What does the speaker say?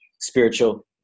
spiritual